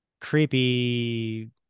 creepy